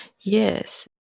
Yes